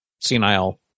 senile